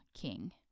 king